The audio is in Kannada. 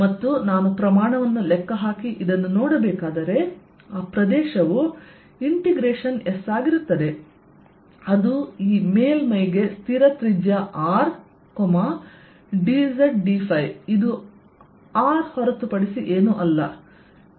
ಮತ್ತು ನಾನು ಪ್ರಮಾಣವನ್ನು ಲೆಕ್ಕಹಾಕಿ ಇದನ್ನು ನೋಡಬೇಕಾದರೆ ಆ ಪ್ರದೇಶವು ಇಂಟಿಗ್ರೇಷನ್ S ಆಗಿರುತ್ತದೆ ಅದು ಈ ಮೇಲ್ಮೈಗೆ ಸ್ಥಿರ ತ್ರಿಜ್ಯ R dz dϕ ಇದು R ಹೊರತುಪಡಿಸಿ ಏನೂ ಅಲ್ಲ